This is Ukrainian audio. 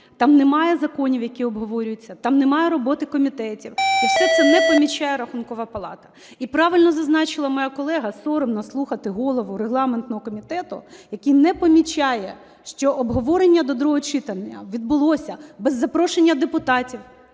там немає законів, які обговорюються, там немає роботи комітетів і все це не помічає Рахункова палата. І правильно зазначила моя колега, соромно слухати голову регламентного комітету, який не помічає, що обговорення до другого читання відбулося без запрошення депутатів